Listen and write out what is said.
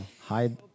Hide